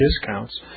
discounts